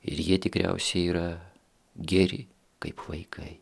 ir jie tikriausiai yra geri kaip vaikai